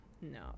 No